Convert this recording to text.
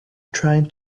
trying